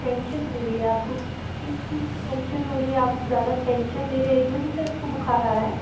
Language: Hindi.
टेंशन हो रही आप को किस चीज़ की टेंशन हो रही आप ज़्यादा टेंशन ले रहे इस वजह से आप को बुख़ार आ रहा है